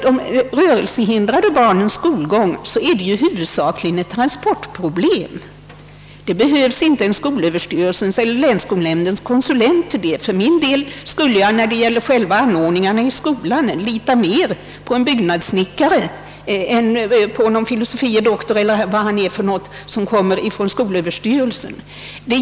De rörelsehindrade barnens skolgång är ju i huvudsak ett transportproblem. Det behövs inte en konsulent från skolöverstyrelsen eller en länsskolnämnd för att klara det problemet. För min del skulle jag när det gäller anordningarna i skolan lita mer på en byggnadssnickare än på en filosofie doktor — eller vad han nu kan vara — som kom från skolöverstyrelsen.